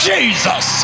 Jesus